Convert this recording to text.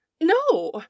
No